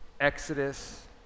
Exodus